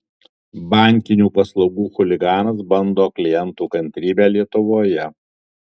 bankinių paslaugų chuliganas bando klientų kantrybę lietuvoje